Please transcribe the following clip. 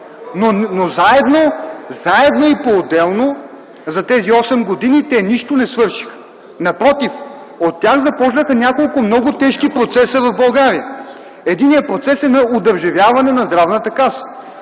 Но заедно и поотделно за тези осем години те нищо не свършиха. Напротив, от тях започнаха няколко много тежки процеса в България. Единият процес е на одържавяване на Здравната каса.